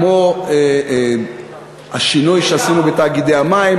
כמו השינוי שעשינו בתאגידי המים,